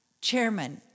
chairman